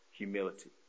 Humility